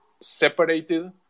separated